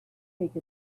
take